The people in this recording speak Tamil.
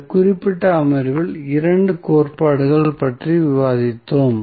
இந்த குறிப்பிட்ட அமர்வில் 2 கோட்பாடுகளைப் பற்றி விவாதித்தோம்